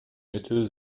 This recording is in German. mittel